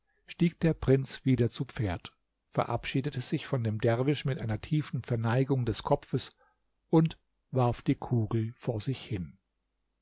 stieg der prinz wieder zu pferd verabschiedete sich von dem derwisch mit einer tiefen verneigung des kopfes und warf die kugel vor sich hin